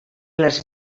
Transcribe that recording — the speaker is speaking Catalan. les